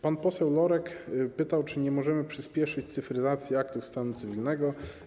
Pan poseł Lorek pytał, czy nie możemy przyspieszyć cyfryzacji aktów stanu cywilnego.